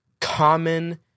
common